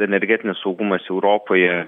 energetinis saugumas europoje